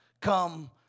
come